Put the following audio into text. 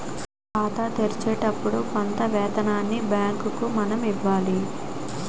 ఖాతా తెరిచేటప్పుడు కొంత మొత్తాన్ని బ్యాంకుకు మనం ఉంచాలి